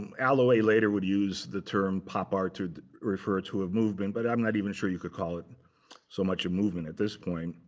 um alloway later would use the term pop art to refer to a movement, but i'm not even sure you could call it so much a movement at this point.